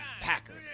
Packers